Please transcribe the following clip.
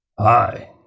hi